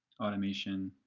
automation,